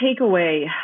takeaway